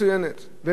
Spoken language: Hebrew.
והם מפסידים הרבה.